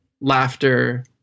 laughter